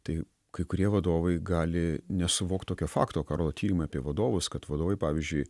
tai kai kurie vadovai gali nesuvokt tokio fakto ką rodo tyrimai apie vadovus kad vadovai pavyzdžiui